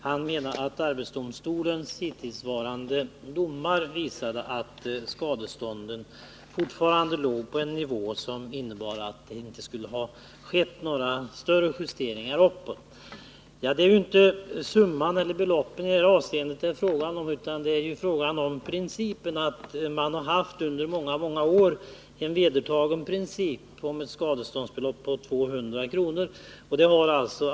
Han menade att arbetsdomstolens hittillsvarande domar visade att skadeståndet fortfarande låg på en nivå, som innebar att det inte hade skett några större justeringar uppåt. Det är emellertid inte fråga om beloppen i detta avseende utan om principen. Under många år har principen varit ett skadestånd på 200 kr.